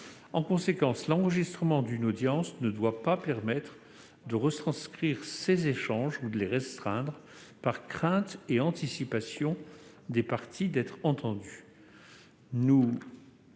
En conséquence, l'enregistrement d'une audience ne doit pas permettre de retranscrire ces échanges ou de les restreindre, par crainte et anticipation des parties d'être entendues.